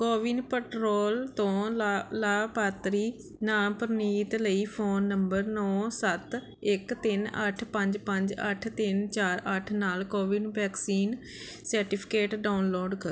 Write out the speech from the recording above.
CoWIN portal ਤੋਂ ਲਾ ਲਾਭਪਾਤਰੀ ਨਾਮ ਪ੍ਰਨੀਤ ਲਈ ਫ਼ੋਨ ਨੰਬਰ ਨੌਂ ਸੱਤ ਇੱਕ ਤਿੰਨ ਅੱਠ ਪੰਜ ਪੰਜ ਅੱਠ ਤਿੰਨ ਚਾਰ ਅੱਠ ਨਾਲ ਕੋਵਿਡ ਵੈਕਸੀਨ ਸਰਟੀਫਿਕੇਟ ਡਾਊਨਲੋਡ ਕਰੋ